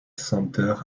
center